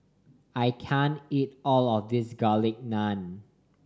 I can't eat all of this Garlic Naan